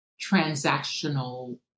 transactional